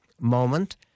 moment